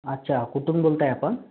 अच्छा कुठून बोलत आहे आपण